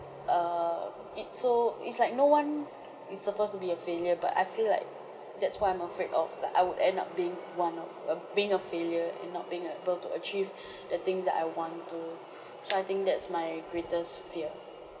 err it so it's like no one is supposed to be a failure but I feel like that's what I'm afraid of like I would end up being one of a being a failure and not being able to achieve the things that I want to so I think that's my greatest fear